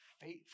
faith